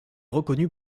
reconnu